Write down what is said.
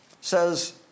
says